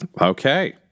okay